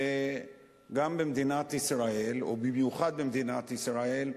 וגם במיוחד בישראל, ובמיוחד במדינת ישראל,